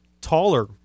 taller